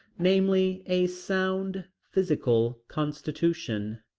namely, a sound physical constitution.